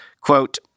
Quote